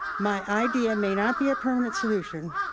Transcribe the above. my idea may not be a permanent solution,